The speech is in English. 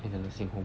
in the nursing home